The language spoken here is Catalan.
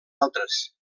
altres